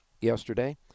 yesterday